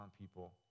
people